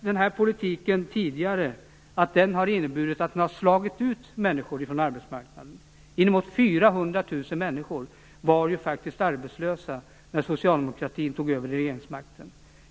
Den här politiken har tidigare slagit ut människor från arbetsmarknaden. Inemot 400 000 människor var faktiskt arbetslösa när socialdemokratin tog över regeringsmakten.